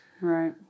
Right